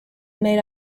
made